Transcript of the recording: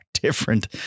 different